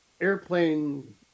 airplane